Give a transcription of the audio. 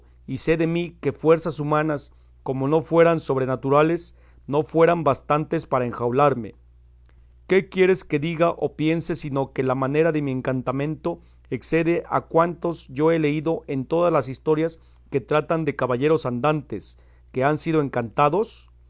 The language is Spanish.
y sé de mí que fuerzas humanas como no fueran sobrenaturales no fueran bastantes para enjaularme qué quieres que diga o piense sino que la manera de mi encantamento excede a cuantas yo he leído en todas las historias que tratan de caballeros andantes que han sido encantados